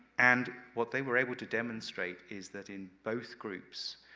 and what they were able to demonstrate, is that in both groups,